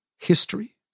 history